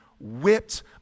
whipped